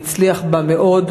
והוא הצליח בה מאוד.